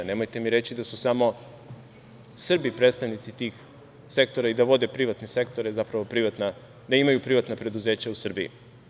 Nemojte mi reći da su samo Srbi predstavnici tih sektora i da vode privatne sektore, zapravo, da imaju privatna preduzeća u Srbiji.